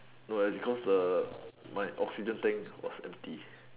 no as in cause the my oxygen tank was empty